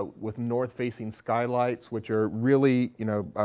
ah with north-facing skylights, which are really, you know,